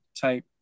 type